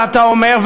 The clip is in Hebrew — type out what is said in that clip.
ואתה אומר,